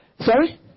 Sorry